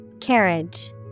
Carriage